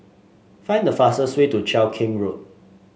find the fastest way to Cheow Keng Road